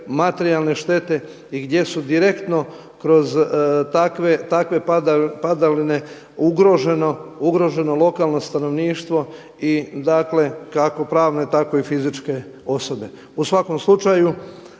i gdje su direktno kroz takve padaline ugroženo lokalno stanovništvo kako pravno tako i fizičke osobe. U svakom slučaju